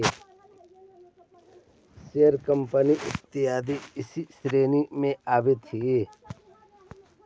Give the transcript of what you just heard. share capital इत्यादि एही श्रेणी में आवऽ हई